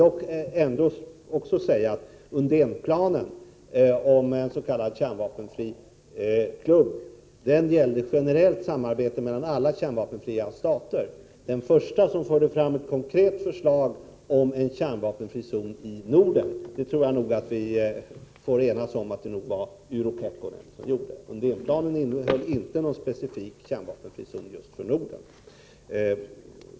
Undénplanen om en s.k. kärnvapenfri klubb gällde ett generellt samarbete mellan alla kärnvapenfria stater. Att den förste som förde fram ett konkret förslag om en kärnvapenfri zon i Norden var Urho Kekkonen tror jag nog vi får enas om. Undénplanen innehöll inte något specifikt förslag om en kärnvapenfri zon just i Norden.